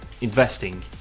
investing